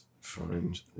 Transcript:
find